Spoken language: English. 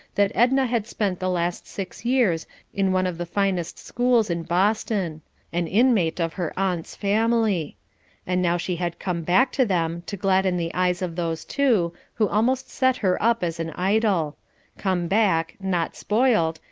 that edna had spent the last six years in one of the finest schools in boston an inmate of her aunt's family and now she had come back to them to gladden the eyes of those two, who almost set her up as an idol come back, not spoiled,